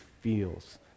feels